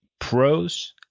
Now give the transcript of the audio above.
pros